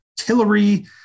artillery